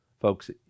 Folks